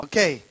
Okay